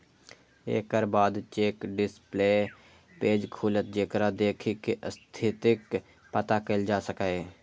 एकर बाद check display page खुलत, जेकरा देखि कें स्थितिक पता कैल जा सकैए